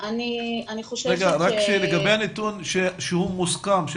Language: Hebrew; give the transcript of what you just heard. לגבי הנתון שהוא מוסכם,